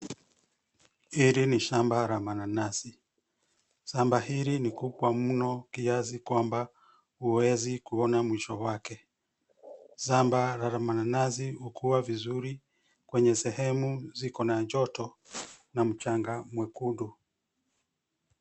Hili ni shamba la mananazi, shamba hili ni kubwa mno kiasi kwamba huwezi kuona mwisho wake. Shamba la mananazi hukuwa vizuri kwenye sehemu ziko na joto na mchanga mwekundu.